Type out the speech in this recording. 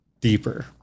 deeper